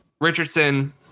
Richardson